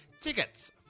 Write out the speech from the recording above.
Tickets